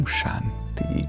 Shanti